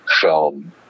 film